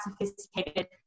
sophisticated